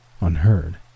unheard